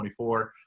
24